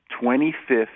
twenty-fifth